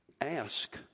ask